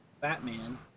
Batman